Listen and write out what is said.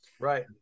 Right